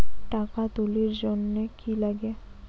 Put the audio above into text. টাকা তুলির জন্যে কি লাগে?